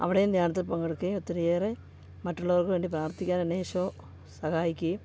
അവിടേം ധ്യാനത്തിൽ പങ്കെടുക്കേം ഒത്തിരിയേറെ മറ്റുള്ളവർക്ക് വേണ്ടി പ്രാർത്ഥിക്കാൻ എന്നെ ഈശോ സഹായിക്കേം